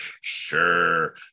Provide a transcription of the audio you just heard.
Sure